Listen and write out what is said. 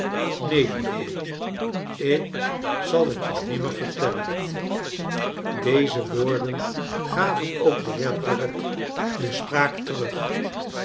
neen lieveling ik zal het je nimmer vertellen deze woorden gaven ook den heer dorrit de spraak terug